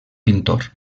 pintor